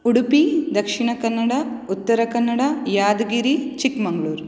Udupi Dakshina Kannada Uttara Kannada Yadgir Chikmagalur